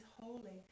holy